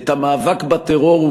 את המאבק בטרור,